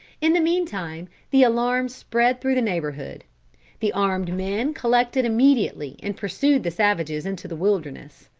in the meantime the alarm spread through the neighborhood the armed men collected immediately and pursued the savages into the wilderness.